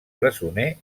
presoner